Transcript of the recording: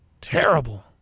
terrible